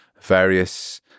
various